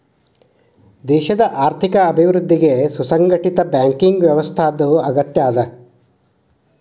ದೇಶದ್ ಆರ್ಥಿಕ ಅಭಿವೃದ್ಧಿಗೆ ಸುಸಂಘಟಿತ ಬ್ಯಾಂಕಿಂಗ್ ವ್ಯವಸ್ಥಾದ್ ಅಗತ್ಯದ